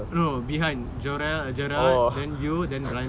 no no behind jorrel gerald then you then ryan